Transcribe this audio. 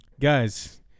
guys